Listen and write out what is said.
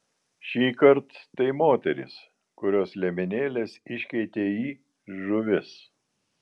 šįkart tai moterys kurios liemenėles iškeitė į žuvis